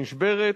נשברת,